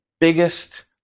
biggest